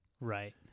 right